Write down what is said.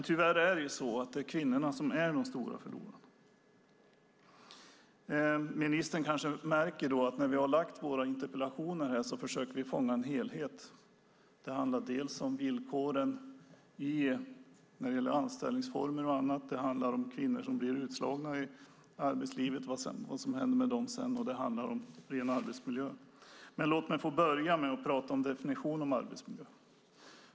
Tyvärr är det så att kvinnorna är de stora förlorarna. Ministern kanske märker att vi när vi har ställt våra interpellationer har försökt att fånga en helhet. Det handlar dels om villkoren när det gäller anställningsformer och annat. Det handlar om vad som händer sedan med de kvinnor som blir utslagna ur arbetslivet, och det handlar om ren arbetsmiljö. Låt mig dock få börja med att prata om definitioner av arbetsmiljö.